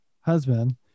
husband